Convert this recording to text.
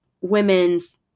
women's